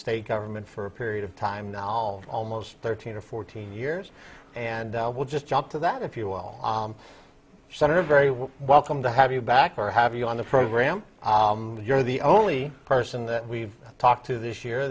state government for a period of time now almost thirteen or fourteen years and we'll just jump to that if you will senator very welcome to have you back or have you on the program you're the only person that we've talked to this year